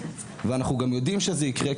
ואנחנו יודעים שזה יקרה,